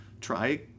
try